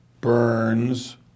Burns